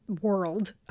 world